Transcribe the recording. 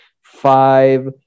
five